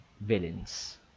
villains